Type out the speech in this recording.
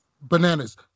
Bananas